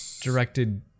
directed